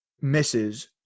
misses